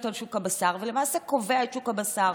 על שוק הבשר ולמעשה קובע את שוק הבשר.